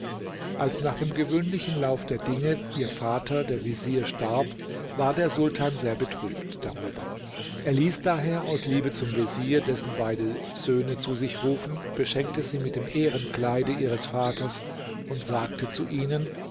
als nach dem gewöhnlichen laufe der dinge ihr vater der vezier starb war der sultan sehr betrübt darüber er ließ daher aus liebe zum vezier dessen beide söhne zu sich rufen beschenkte sie mit dem ehrenkleide ihres vater und sagte zu ihnen